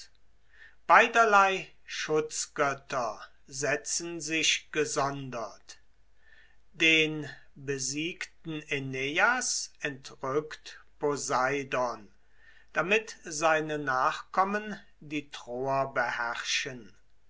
beiderlei schutzgötter setzen sich gesondert den besiegten äneias entrückt poseidon damit seine nachkommen die troer beherrschen